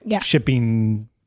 shipping